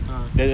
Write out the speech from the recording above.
okay